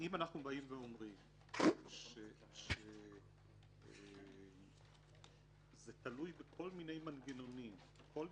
אם אנחנו באים ואומרים שזה תלוי בכל מיני מנגנונים כשאנחנו